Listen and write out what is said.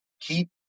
Keep